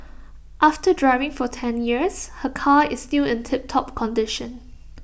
after driving for ten years her car is still in tiptop condition